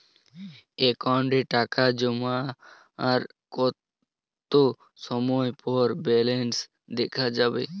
অ্যাকাউন্টে টাকা জমার কতো সময় পর ব্যালেন্স দেখা যাবে?